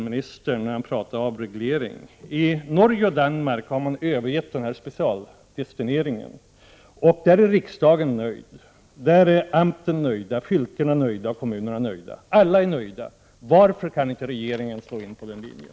Jag vill då ställa en fråga till honom. I Norge och Danmark har man övergett specialdestinationen av bidrag och resp. parlament är nöjda. Där är amten, fylkena och kommunerna nöjda. Alla är nöjda. Varför kan inte regeringen slå in på den linjen?